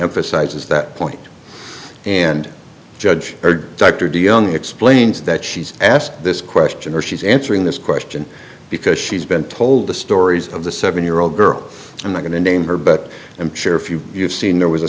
emphasizes that point and judge her dr de young explains that she's asked this question or she's answering this question because she's been told the stories of the seven year old girl i'm not going to name her but i'm sure a few you've seen there was a